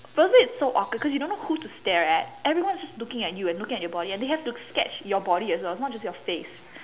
firstly it's so awkward because you don't know who to stare at everyone is just looking at you and looking at your body and they have to sketch your body as well not it's just your face